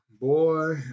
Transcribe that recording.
Boy